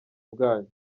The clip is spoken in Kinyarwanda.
bwanyu